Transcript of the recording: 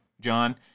John